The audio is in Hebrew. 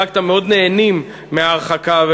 יש לי איזושהי תחושה שחלק מחברי הכנסת שהרחקת מאוד נהנים מההרחקה.